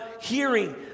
hearing